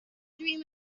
dream